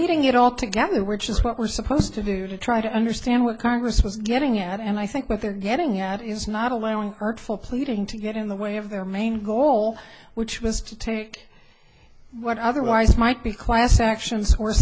leaving it all together which is what we're supposed to do to try to understand what congress was getting at and i think what they're getting at is not allowing artful pleading to get in the way of their main goal which was to take what otherwise might be class actions or